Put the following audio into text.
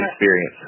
experience